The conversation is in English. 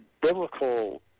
biblical